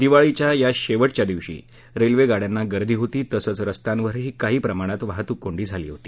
दिवाळीच्या या शेवटच्या दिवशी रेल्वेगाडयांना गर्दी होती तसंच रस्त्यांवर काही प्रमाणात वाहतूक कोंडी झाली होती